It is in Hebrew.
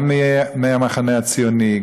גם מהמחנה הציוני,